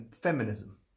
feminism